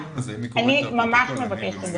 אני ממש מבקשת,